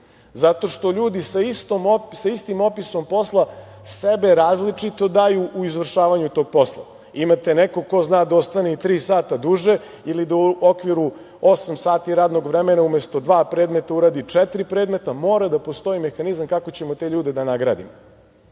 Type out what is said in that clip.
zato što ljudi sa istim opisom posla sebe različito daju u izvršavanju tog posla. Imate nekog ko zna da ostane i tri sata duže ili da u okviru osam sata radnog vremena umesto dva predmeta uradi četiri predmeta. Mora da postoji mehanizam kako ćemo te ljude da nagradimo. Ja